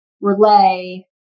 relay